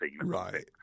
Right